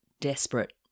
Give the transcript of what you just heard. desperate